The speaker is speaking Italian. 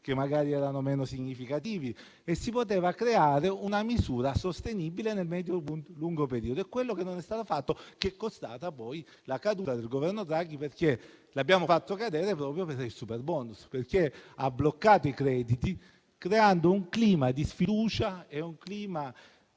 che magari erano meno significativi, e si poteva creare una misura sostenibile nel medio lungo periodo. Non è stato fatto e ciò ha comportato la caduta del Governo Draghi. Lo abbiamo fatto cadere proprio per il superbonus, perché ha bloccato i crediti creando un clima di sfiducia.